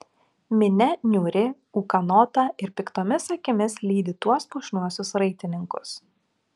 minia niūri ūkanota ir piktomis akimis lydi tuos puošniuosius raitininkus